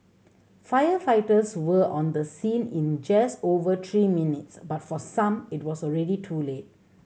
firefighters were on the scene in just over three minutes but for some it was already too late